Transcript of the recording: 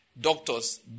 doctors